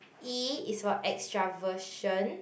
E is for extraversion